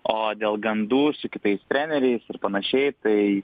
o dėl gandų su kitais treneriais ir panašiai tai